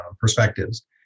perspectives